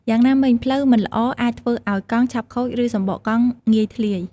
យ៉ាងណាមិញ ផ្លូវមិនល្អអាចធ្វើឱ្យកង់ឆាប់ខូចឬសំបកកង់ងាយធ្លាយ។